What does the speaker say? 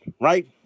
right